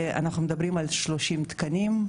אנחנו מדברים על 30 תקנים.